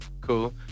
cool